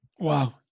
Wow